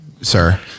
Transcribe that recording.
sir